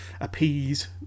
appease